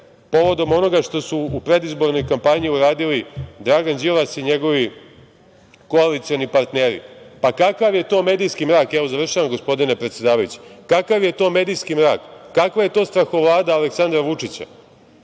povodom onoga što su predizbornoj kampanji uradili Dragan Đilas i njegovi koalicioni partneri. Kakav je to medijski mrak, završavam gospodine predsedavajući, kakav je to medijski mrak, kakva je to strahovlada Aleksandra Vučića,